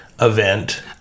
event